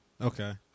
Okay